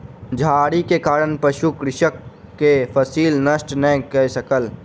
झाड़ी के कारण पशु कृषक के फसिल नष्ट नै कय सकल